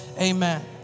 amen